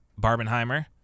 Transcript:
Barbenheimer